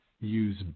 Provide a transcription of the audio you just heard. use